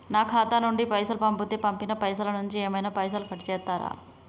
నా ఖాతా నుండి పైసలు పంపుతే పంపిన పైసల నుంచి ఏమైనా పైసలు కట్ చేత్తరా?